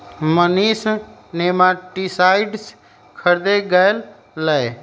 Manish nematicide खरीदे गय लय